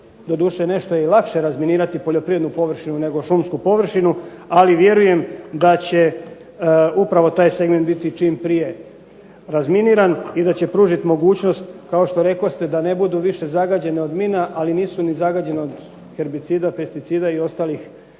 Doduše nešto je lakše razminirati poljoprivrednu površinu nego šumsku površinu, ali vjerujem da će upravo taj segment biti čim prije razminiran i da će pružiti mogućnost kao što rekoste da više ne budu zagađene od mina, ali nisu zagađene od herbicida, pesticida i ostalih